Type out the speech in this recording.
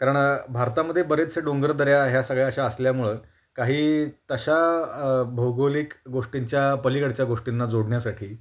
कारण भारतामध्ये बरेचसे डोंगर दऱ्या ह्या सगळ्या अशा असल्यामुळं काही तशा भौगोलिक गोष्टींच्या पलीकडच्या गोष्टींना जोडण्यासाठी